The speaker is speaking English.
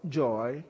joy